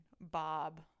Bob